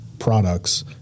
products